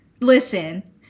listen